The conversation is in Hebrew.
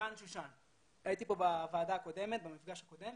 הייתי כאן בישיבת במפגש הקודם